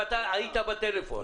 ואתה היית בטלפון.